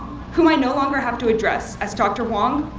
whom i no longer have to address as dr. huang,